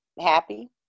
happy